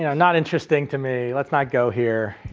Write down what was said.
you know not interesting to me, let's not go here,